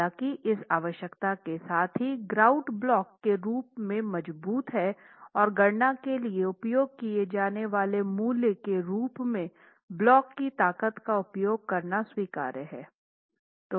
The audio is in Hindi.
हालांकि इस आवश्यकता के साथ कि ग्राउट ब्लॉक के रूप में मजबूत है और गणना के लिए उपयोग किए जाने वाले मूल्य के रूप में ब्लॉक की ताकत का उपयोग करना स्वीकार्य है